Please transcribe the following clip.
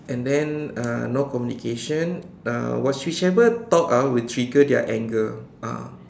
and then uh no communication uh what whichever talk ah will trigger their anger ah